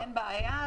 אין בעיה.